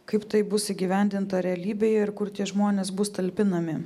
kaip tai bus įgyvendinta realybėje ir kur tie žmonės bus talpinami